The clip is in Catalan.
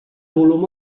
volum